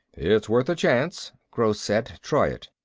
it's worth a chance, gross said. try it.